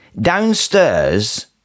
downstairs